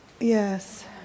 Yes